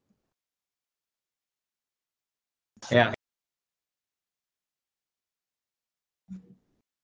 yeah